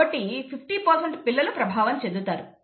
కాబట్టి 50 పిల్లలు ప్రభావం చెందుతారు